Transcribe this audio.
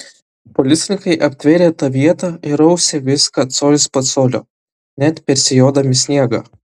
policininkai aptvėrė tą vietą ir rausė viską colis po colio net persijodami sniegą